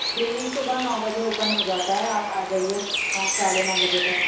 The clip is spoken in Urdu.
کلینک صبح نو بجے اوپن ہو جاتا ہے آپ آ جائیے نو ساڑھے نو بجے تک